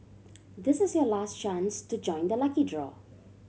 this is your last chance to join the lucky draw